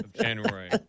January